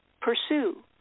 Pursue